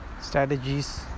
strategies